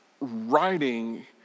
writing